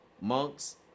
Monks